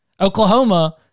Oklahoma